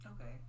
okay